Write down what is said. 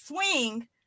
swing